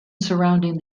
surrounding